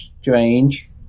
Strange